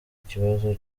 kibazo